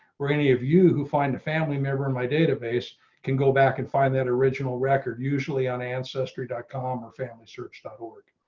were any of you who find a family member, my database can go back and find that original record, usually on ancestry com or family search dot org